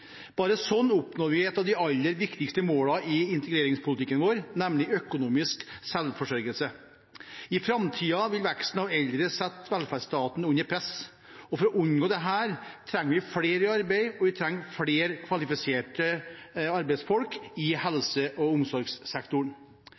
Bare sånn oppnår vi et av de aller viktigste målene i integreringspolitikken vår, nemlig økonomisk selvforsørgelse. I framtiden vil veksten i andelen eldre sette velferdsstaten under press. For å unngå dette, trenger vi flere i arbeid, og vi trenger flere kvalifiserte arbeidsfolk i